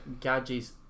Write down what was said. gadgets